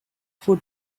for